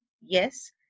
yes